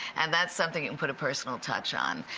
and that's something you can put a personal touch on.